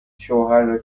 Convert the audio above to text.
شوهر